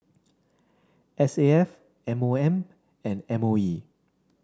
S A F M O M and M O E